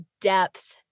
depth